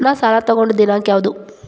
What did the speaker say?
ನಾ ಸಾಲ ತಗೊಂಡು ದಿನಾಂಕ ಯಾವುದು?